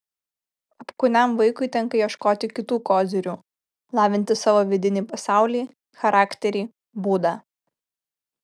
apkūniam vaikui tenka ieškoti kitų kozirių lavinti savo vidinį pasaulį charakterį būdą